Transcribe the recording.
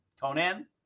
Conan